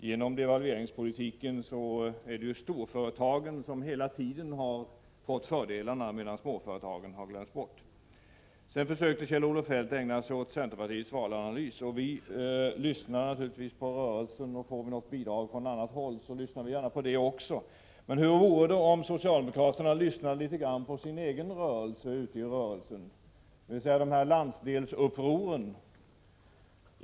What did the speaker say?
Genom devalveringspolitiken är det storföretagen som hela tiden har fått fördelarna, medan småföretagen och småspararna har glömts bort. Kjell-Olof Feldt försökte ägna sig åt centerpartiets valanalys. Vi lyssnar naturligtvis på rörelsen. Får vi bidrag från något annat håll, lyssnar vi gärna på det också. Men hur vore det om socialdemokraterna lyssnade litet grand på rörelsen ute i sin egen rörelse, dvs. på landsdelsupproren?